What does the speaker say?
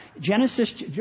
Genesis